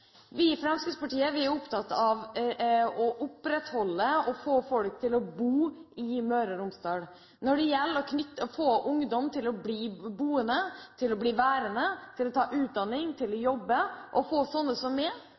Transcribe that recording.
Vi i Fremskrittspartiet er opptatt av å få folk til å bo i Møre og Romsdal. Når det gjelder å få ungdom til bli boende, til å bli værende, til å ta utdanning, til å jobbe og å få sånne som